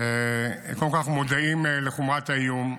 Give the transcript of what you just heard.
קודם כול, אנחנו מודעים לחומרת האיום.